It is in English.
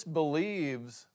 believes